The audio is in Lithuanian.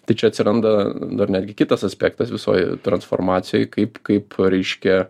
tai čia atsiranda dar netgi kitas aspektas visoj transformacijoj kaip kaip reiškia